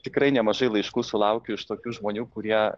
tikrai nemažai laiškų sulaukiu iš tokių žmonių kurie